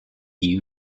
you